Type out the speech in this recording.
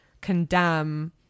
condemn